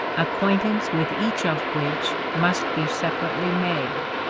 acquaintance with each of which must be separately made.